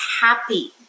happy